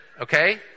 okay